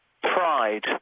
pride